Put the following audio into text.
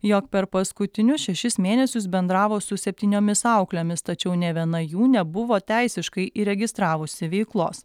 jog per paskutinius šešis mėnesius bendravo su septyniomis auklėmis tačiau nė viena jų nebuvo teisiškai įregistravusi veiklos